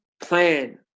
plan